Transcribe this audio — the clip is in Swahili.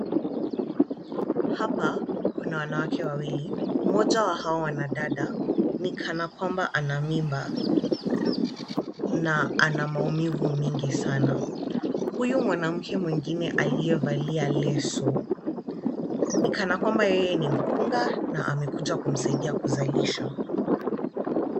Hapa kuna wanawake wawili, mmoja wa hao wanadada ni kana kwamba ana mimba na ana maumivu mingi sana. Huyu mwanamke mwingine aliyevalia leso, ni kana kwamba yeye ni mkunga na amekuja kumsaidia kuzalisha.